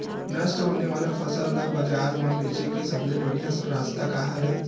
नष्ट होने वाला फसल ला बाजार मा बेचे के सबले बढ़िया रास्ता का हरे?